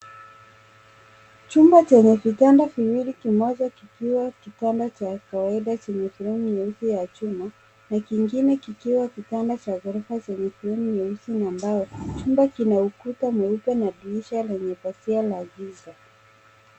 Chumba chenye vitanda viwili, kimoja kikiwa kitanda cha kawaida chenye fremu nyeusi ya chuma na kingine kikiwa kitanda cha ghorofa zenye fremu nyeusi na mbao. Chumba kina ukuta mweupe na dirisha lenye pazia la giza.